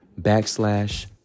backslash